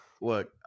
Look